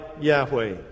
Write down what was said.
Yahweh